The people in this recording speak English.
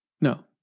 No